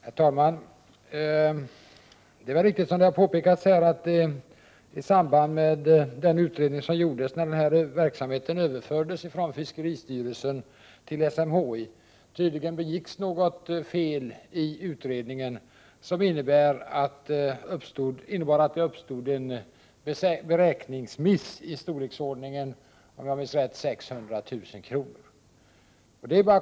Herr talman! Det är väl riktigt som det har påpekats, att i samband med den utredning som gjordes när denna verksamhet överfördes från fiskeristyrelsen till SMHI, begicks en beräkningsmiss i storleksordningen om jag minns rätt 600 000 kr.